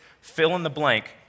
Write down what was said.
fill-in-the-blank